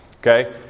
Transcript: okay